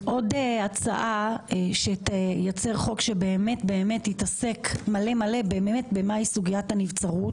עוד הצעה שתייצר חוק שבאמת באמת יתעסק מלא מלא במהי סוגיית הנבצרות